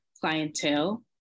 clientele